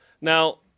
Now